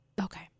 okay